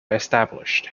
established